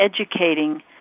educating